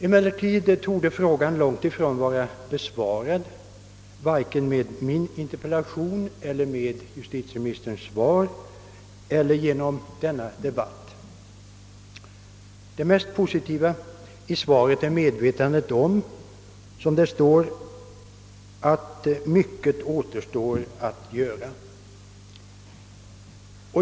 Emellertid torde frågan långt ifrån vara besvarad vare sig med min interpellation eller med justitieministerns svar eller genom denna debatt. Det mest positiva i svaret är medvetandet om att, som det står, »mycket återstår att göra».